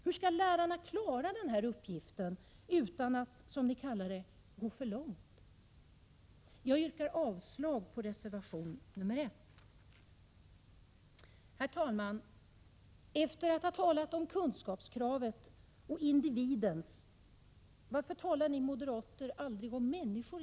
Hur skall lärarna klara den här uppgiften utan att, som ni kallar det, gå för långt? Jag yrkar avslag på reservation 1. Herr talman! Efter att ha talat om kunskapskravet och individen, varför talar ni moderater egentligen aldrig om människor?